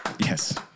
Yes